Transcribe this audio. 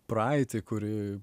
praeitį kuri